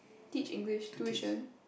teach English tuition